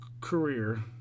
career